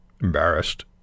embarrassed